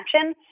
action